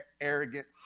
arrogant